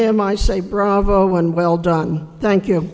him i say bravo one well done thank you